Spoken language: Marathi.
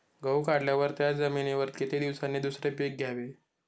गहू काढल्यावर त्या जमिनीवर किती दिवसांनी दुसरे पीक घ्यावे?